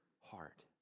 heart